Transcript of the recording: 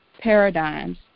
paradigms